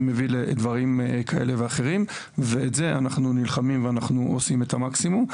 זה מביא לדברים כאלה ואחרים ואת זה אנחנו נלחמים ועושים את המקסימום.